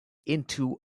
into